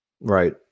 Right